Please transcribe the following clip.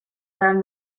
learn